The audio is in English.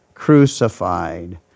crucified